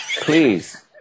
Please